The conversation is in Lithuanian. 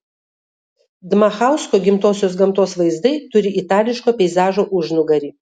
dmachausko gimtosios gamtos vaizdai turi itališko peizažo užnugarį